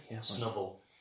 Snubble